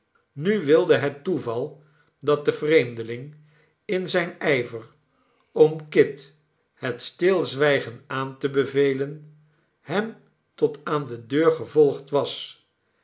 nu wilde het toeval dat de vreemdeling in zijn ijver om kit het stilzwijgen aan te bevelen hem tot aan de deur gevolgd was